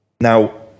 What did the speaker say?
now